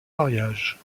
mariage